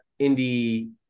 indie